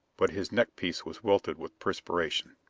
but his neckpiece was wilted with perspiration.